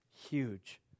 huge